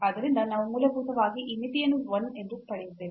ಆದ್ದರಿಂದ ನಾವು ಮೂಲಭೂತವಾಗಿ ಈ ಮಿತಿಯನ್ನು 1 ಎಂದು ಪಡೆಯುತ್ತೇವೆ